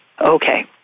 Okay